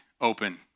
open